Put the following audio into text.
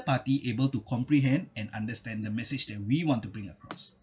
party able to comprehend and understand the message that we want to bring across